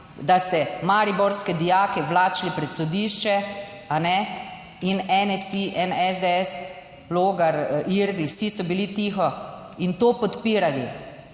da ste mariborske dijake vlačili pred sodišče, a ne. In NSi in SDS, Logar, Irgl, vsi so bili tiho in to podpirali.